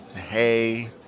Hey